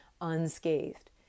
unscathed